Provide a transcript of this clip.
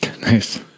Nice